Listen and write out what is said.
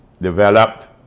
developed